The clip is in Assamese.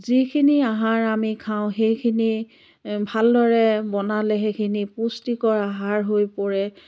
যিখিনি আহাৰ আমি খাওঁ সেইখিনি ভালদৰে বনালে সেইখিনি পুষ্টিকৰ আহাৰ হৈ পৰে